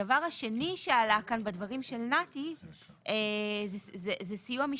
הדבר השני שעלה כאן בדברים של נתי זה סיוע משפטי,